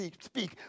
speak